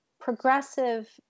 progressive